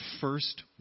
first